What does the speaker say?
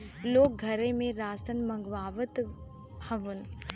लोग घरे से रासन मंगवावत हउवन